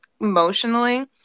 emotionally